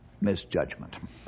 misjudgment